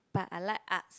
but I like arts